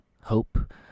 Hope